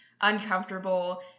uncomfortable